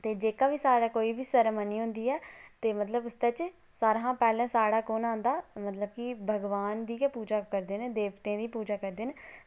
ते जेह्का बी कोई साढ़े कोई बी सेरैमनी होंदी ऐ ते उस च साढ़े पैह्ले कु'न आंदा मतलब कि भगवान दी गै पूजा करदे न देवतें दी पूजा करदे न